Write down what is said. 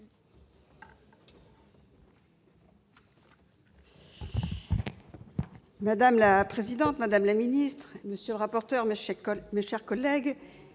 Madame la présidente, madame la secrétaire d'État, monsieur le rapporteur, mes chers collègues,